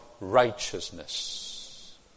Righteousness